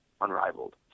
unrivaled